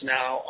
now